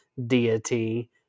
deity